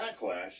backlash